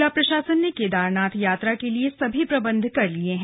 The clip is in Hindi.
जिला प्रशासन ने केदारनाथ यात्रा के लिए सभी प्रबंध कर दिये हैं